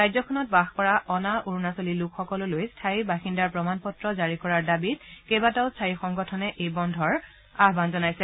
ৰাজ্যখনত বাস কৰা অনা অৰুণাচলী লোকসকললৈ স্থায়ী বাসিন্দাৰ প্ৰমাণপত্ৰ জাৰি কৰাৰ দাবীত কেইবাটাও স্থায়ী সংগঠনে এই বন্ধৰ আহ্বান জনাইছে